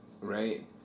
Right